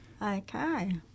Okay